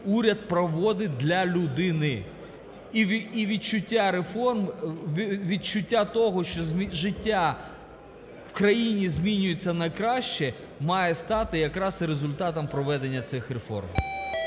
уряд проводить для людини. І відчуття реформ, відчуття того, що життя в країні змінюється на краще має стати якраз і результатом проведення цих реформ.